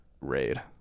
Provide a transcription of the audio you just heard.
RAID